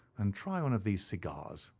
and try one of these cigars,